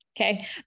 Okay